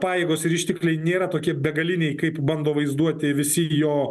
pajėgos ir ištekliai nėra tokie begaliniai kaip bando vaizduoti visi jo